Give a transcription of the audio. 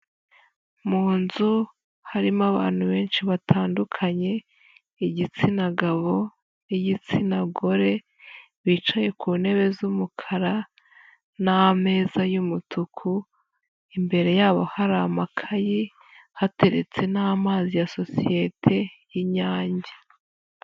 Mu nzu harimo abantu benshi batandukanye igitsina gabo n'igitsina gore bicaye ku ntebe z'umukara n'ameza y'umutuku imbere yabo hari amakayi hateretse n'amazi ya sosiyete y'inyange.